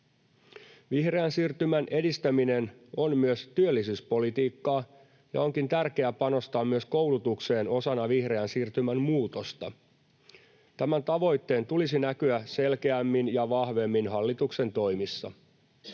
Vihreän siirtymän edistäminen on myös työllisyyspolitiikkaa, ja onkin tärkeää panostaa myös koulutukseen osana vihreän siirtymän muutosta. Tämän tavoitteen tulisi näkyä selkeämmin ja vahvemmin hallituksen toimissa.